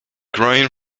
grown